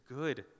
good